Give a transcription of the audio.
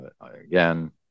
again